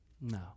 No